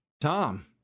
Tom